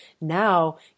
Now